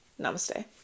namaste